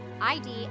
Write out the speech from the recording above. ID